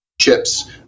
chips